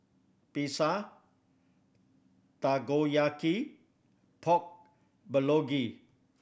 Pizza Takoyaki Pork Bulgogi